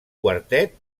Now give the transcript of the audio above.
quartet